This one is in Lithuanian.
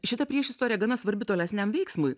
šita priešistorė gana svarbi tolesniam veiksmui